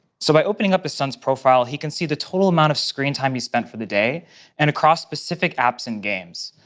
so by opening up his son's profile, he can see the total amount of screen time he spent for the day and across specific apps and games.